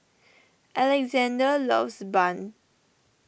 Alexzander loves Bun